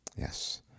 yes